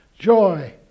Joy